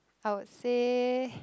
I would say